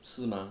是吗